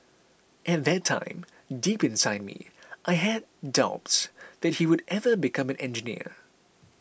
at that time deep inside me I had doubts that he would ever become an engineer